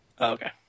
Okay